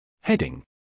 Heading